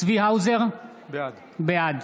צבי האוזר, בעד